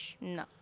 No